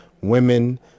women